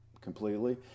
completely